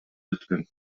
өткөн